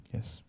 Yes